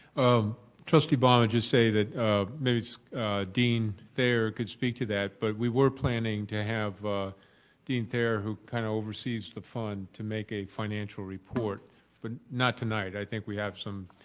um trustee baum just say that miss dean thayer can speak to that. but we were planning to have ah dean thayer who kinda oversees the fund to make a financial report but not tonight. i think we have some,